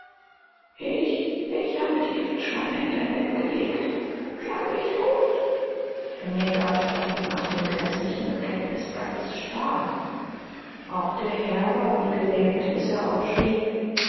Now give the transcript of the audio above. ich ich habe die giftschlange in dein bett gelegt schlage mich tot der neger stand nach dem gräßlichen bekenntnis ganz starr auch der herr war wie gelähmt bis er aufschrie